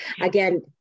again